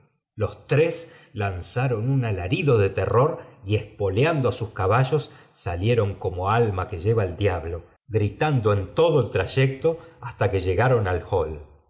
los tres lanzaron un alarido de terror y espoleando á sus caballos salieron como alma que lleva el diav blo gritando en todo el trayecto hasta que liei garon ai